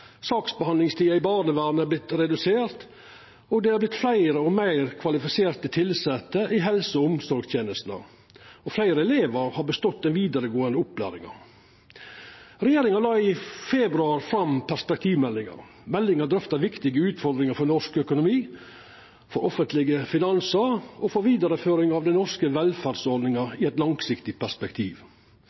Saksbehandlingstida i barnevernet er vorten redusert. Det har vorte fleire og meir kvalifiserte tilsette i helse- og omsorgstenesta. Og fleire elevar har bestått den vidaregåande opplæringa. Regjeringa la i februar fram perspektivmeldinga. Meldinga drøfta viktige utfordringar for norsk økonomi, for offentlege finansar og for vidareføring av den norske velferdsordninga i eit langsiktig perspektiv.